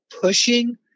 pushing